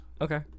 Okay